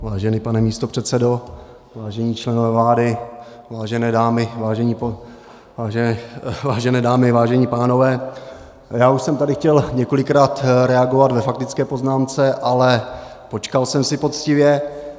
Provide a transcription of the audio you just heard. Vážený pane místopředsedo, vážení členové vlády, vážené dámy, vážení pánové, já už jsem tady chtěl několikrát reagovat ve faktické poznámce, ale počkal jsem si poctivě.